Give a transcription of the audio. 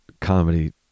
comedy